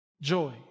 joy